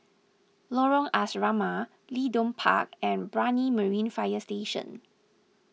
Lorong Asrama Leedon Park and Brani Marine Fire Station